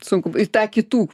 sunkup į tą kitų